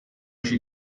she